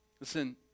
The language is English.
Listen